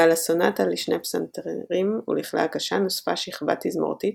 ועל הסונאטה לשני פסנתרים ולכלי הקשה נוספה שכבה תזמורתית,